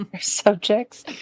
Subjects